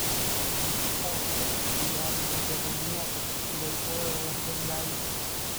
o tu gyvenimo geluonie suvaitojo lardongaitė